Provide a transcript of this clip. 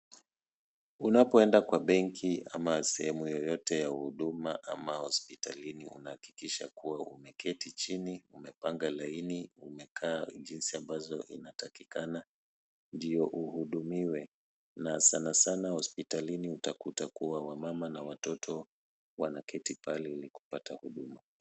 Unapoenda kwa benki ama sehemu yoyote ya huduma ama hospitalini unahakikisha kuwa umeketi chini, umepanga laini , umekaa jinsi ambavyo inatakikana ndio uhudumiwe na sana sana hospitalini utakuta kuwa wamama na watoto wanaketi pale ili kupata huduma.